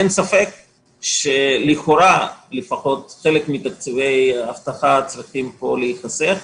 אין ספק שלכאורה לפחות חלק מתקציבי האבטחה צריכים פה להיחסך,